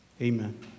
Amen